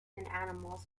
animals